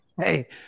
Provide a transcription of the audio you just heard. hey